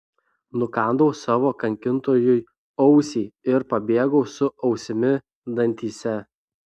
nukandau savo kankintojui ausį ir pabėgau su ausimi dantyse